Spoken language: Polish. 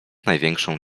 największą